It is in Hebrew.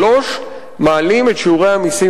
שלוש שנים מעלים את שיעורי המסים